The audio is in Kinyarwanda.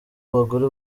abagore